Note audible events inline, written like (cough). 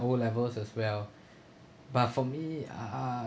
O levels as well (breath) but for me ah